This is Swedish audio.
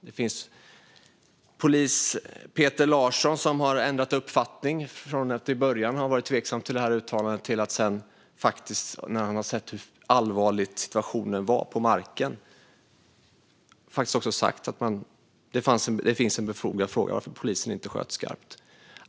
Polisen Peter Larsson har ändrat uppfattning från att i början ha varit tveksam till det här uttalandet till att sedan, när han har sett hur allvarlig situationen var på marken, säga att frågan varför polisen inte sköt skarpt är befogad.